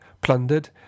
plundered